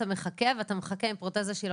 אתה מחכה ואתה מחכה עם פרוטזה שהיא לא